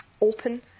open